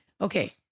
okay